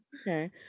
Okay